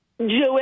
Joel